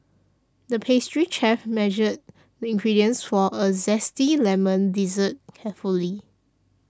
the pastry chef measured the ingredients for a Zesty Lemon Dessert carefully